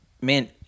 man